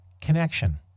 connection